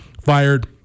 fired